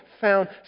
found